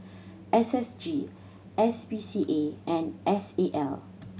S S G S P C A and S A L